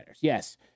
Yes